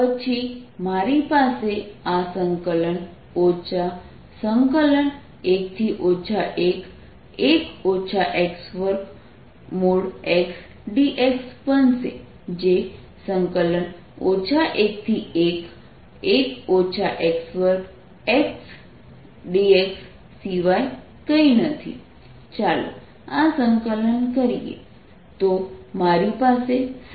પછી મારી પાસે આ સંકલન 1 1xdx બનશે જે 11xdx સિવાય કંઈ નથી